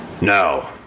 Now